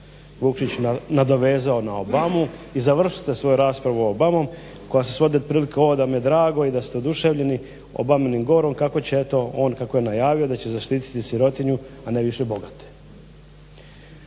Lukšić nadovezao na Obamu i završite svoju raspravu Obamom koja se svodi otprilile ovo da mi je drago i da ste oduševljeni Obaminim govorom evo kako će eto on kako je najavio da će zaštititi sirotinju a ne više bogate.